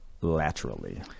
laterally